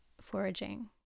foraging